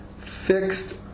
fixed